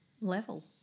level